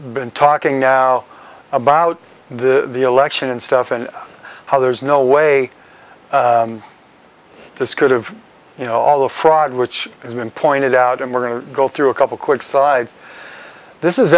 been talking now about the election and stuff and how there's no way this could have you know all the fraud which has been pointed out and we're going to go through a couple quick sides this is